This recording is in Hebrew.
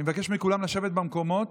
אני מבקש מכולם לשבת במקומות.